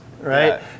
right